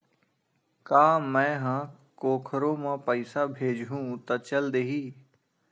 का मै ह कोखरो म पईसा भेजहु त चल देही?